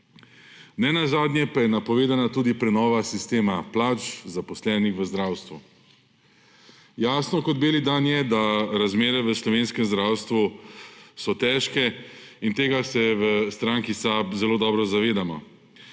Nenazadnje pa je napovedana tudi prenova sistema plač zaposlenih v zdravstvu. Jasno kot beli dan je, da razmere v slovenskem zdravstvu so težke in tega se v stranki SAB zelo dobro zavedamo.